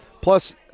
Plus